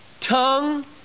tongue